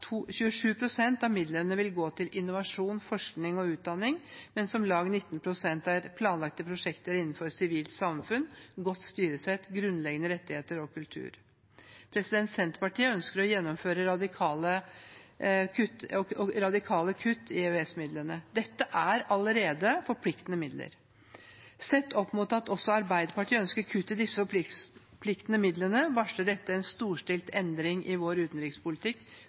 av midlene vil gå til innovasjon, forskning og utdanning, mens om lag 19 pst. går til planlagte prosjekter innenfor sivilt samfunn, godt styresett, grunnleggende rettigheter og kultur. Senterpartiet ønsker å gjennomføre radikale kutt i EØS-midlene. Dette er allerede forpliktende midler. Sett opp mot at også Arbeiderpartiet ønsker kutt i disse forpliktende midlene, varsler dette en storstilt endring i vår utenrikspolitikk